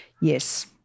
Yes